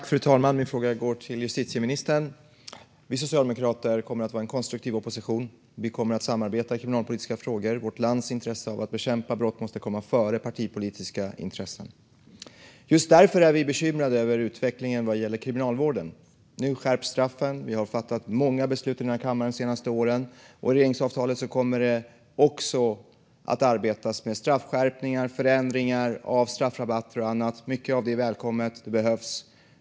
Fru talman! Min fråga går till justitieministern. Vi socialdemokrater kommer att vara en konstruktiv opposition. Vi kommer att samarbeta i kriminalpolitiska frågor. Vårt lands intresse av att bekämpa brott måste komma före partipolitiska intressen. Just därför är vi bekymrade över utvecklingen vad gäller Kriminalvården. Nu skärps straffen. Vi har fattat många beslut i den här kammaren de senaste åren. Enligt regeringsavtalet kommer det att arbetas med straffskärpningar, förändringar av straffrabatter och annat. Mycket av det är välkommet och behövs.